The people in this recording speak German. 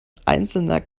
einzelner